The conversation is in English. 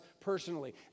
personally